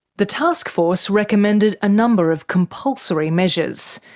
the taskforce recommended a number of compulsory measures.